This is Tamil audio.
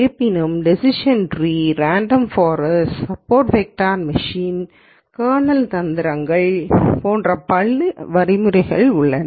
இருப்பினும் decision tree random forest support vector machine kernel தந்திரங்கள் போன்ற பல வழிமுறைகள் உள்ளன